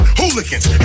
hooligans